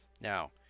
now